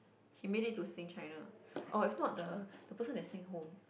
he made it to Sing China or if not the the person that sing home